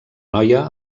noia